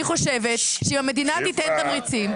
אני חושבת שאם המדינה תיתן תמריצים,